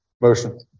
Motion